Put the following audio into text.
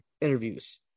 interviews